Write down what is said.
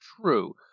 True